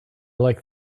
like